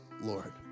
Lord